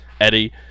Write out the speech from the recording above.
Eddie